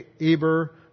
Eber